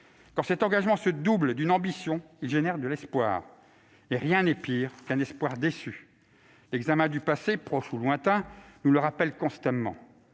Quand cet engagement se double d'une ambition, il suscite de l'espoir et rien n'est pire qu'un espoir déçu- l'examen du passé, proche ou lointain, nous le rappelle constamment.